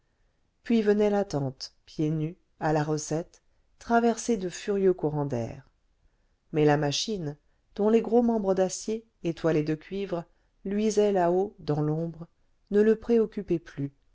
puis venait l'attente pieds nus à la recette traversée de furieux courants d'air mais la machine dont les gros membres d'acier étoilés de cuivre luisaient là-haut dans l'ombre ne le préoccupait plus